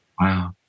Wow